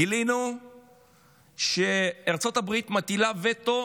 גילינו שארצות הברית מטילה וטו